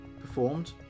performed